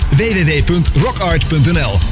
www.rockart.nl